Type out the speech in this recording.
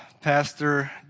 Pastor